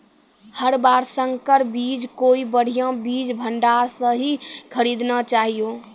हर बार संकर बीज कोई बढ़िया बीज भंडार स हीं खरीदना चाहियो